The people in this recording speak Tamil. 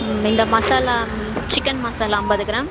ம் இந்த மசாலா சிக்கன் மசாலா ஐம்பது கிராம்